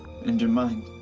and your mind.